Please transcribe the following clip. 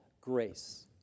grace